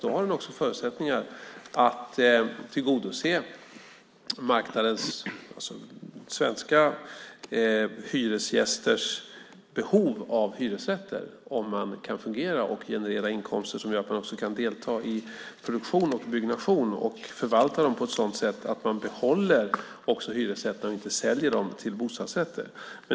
Allmännyttan har förutsättningar att tillgodose svenska hyresgästers behov av hyresrätter om man genererar inkomster som gör att man kan delta i produktion och byggnation och också förvaltar beståndet på ett sådant sätt att man behåller hyresrätterna och inte säljer dem till bostadsrätter.